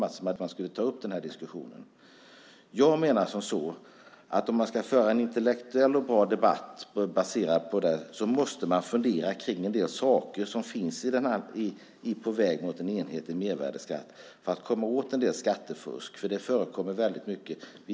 De hade väckt frågan och ville att man skulle ta upp denna diskussion. Ska man föra en intellektuell och bra debatt baserat på fakta måste man fundera på en del saker som finns i På väg mot en enhetlig mervärdesskatt för att komma åt en del skattefusk, för det förekommer det mycket av.